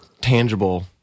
tangible